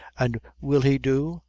and will he do?